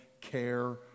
care